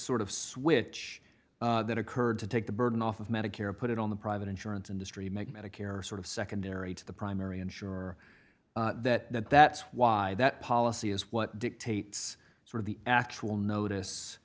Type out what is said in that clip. sort of switch that occurred to take the burden off of medicare put it on the private insurance industry make medicare sort of secondary to the primary insure that that that's why that policy is what dictates sort of the actual